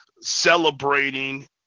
celebrating